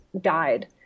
died